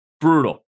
brutal